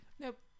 Nope